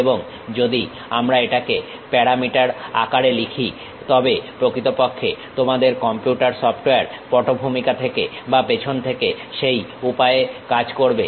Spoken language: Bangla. এবং যদি আমরা এটাকে প্যারামিটার আকারে লিখি তবে প্রকৃতপক্ষে তোমাদের কম্পিউটার সফটওয়্যার পটভূমিকা থেকে বা পেছন থেকে সেই উপায়ে কাজ করবে